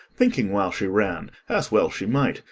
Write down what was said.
thinking while she ran, as well she might,